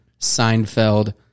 Seinfeld